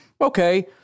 Okay